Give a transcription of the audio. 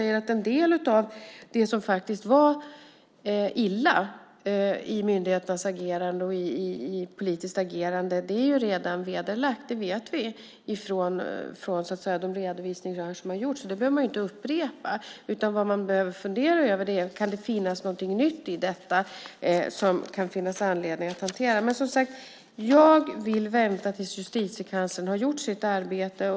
En del av det som faktiskt var illa i myndigheternas agerande och i politiskt agerande är redan vederlagt; det vet vi från de redovisningar som har gjorts. Det behöver man inte upprepa. Vad man behöver fundera över är om det kan finnas någonting nytt i detta som det finns anledning att hantera. Jag vill som sagt vänta tills justitiekanslern har gjort sitt arbete.